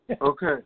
Okay